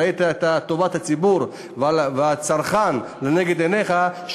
שראית את טובת הציבור והצרכן לנגד עיניך,